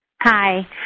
hi